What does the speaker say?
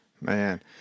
Man